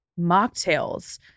Mocktails